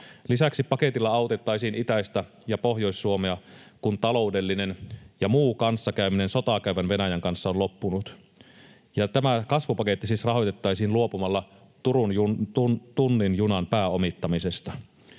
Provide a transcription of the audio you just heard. Lisäksi paketilla autettaisiin itäistä ja Pohjois-Suomea, kun taloudellinen ja muu kanssakäyminen sotaa käyvän Venäjän kanssa on loppunut. Tämä kasvupaketti siis rahoitettaisiin luopumalla Turun tunnin junan pääomittamisesta.